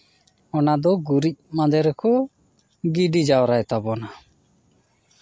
ᱚᱱᱟᱫᱚ ᱜᱩᱨᱤᱡ ᱢᱟᱸᱫᱮ ᱨᱮᱠᱚ ᱜᱤᱰᱤ ᱡᱟᱣᱨᱟᱭ ᱛᱟᱵᱚᱱᱟ